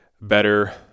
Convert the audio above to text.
better